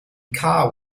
car